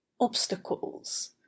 Obstacles